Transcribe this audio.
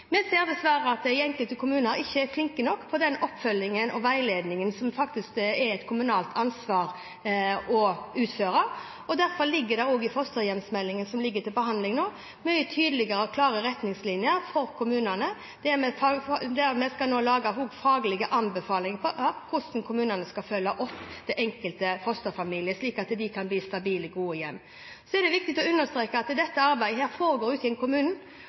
i enkelte kommuner ikke er flinke nok til den oppfølgingen og veiledningen som faktisk er et kommunalt ansvar å utføre. Derfor ligger det også i fosterhjemsmeldingen som ligger til behandling nå, mye tydeligere og klarere retningslinjer for kommunene, der vi nå skal lage faglige anbefalinger om hvordan kommunene skal følge opp den enkelte fosterfamilie, slik at de kan gi barna stabile, gode hjem. Det er viktig å understreke at dette arbeidet foregår ute i kommunene, og det er viktig at kommunene og kommunepolitikerne setter barnevern på dagsordenen og påser at barnevernet i deres kommune følger den